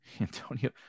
Antonio